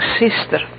sister